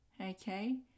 okay